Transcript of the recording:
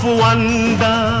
wonder